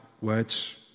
words